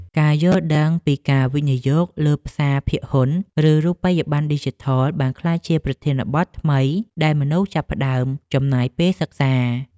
ការយល់ដឹងពីការវិនិយោគលើផ្សារភាគហ៊ុន ឬរូបិយបណ្ណឌីជីថលបានក្លាយជាប្រធានបទថ្មីដែលមនុស្សចាប់ផ្ដើមចំណាយពេលសិក្សា។